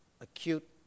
acute